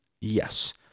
Yes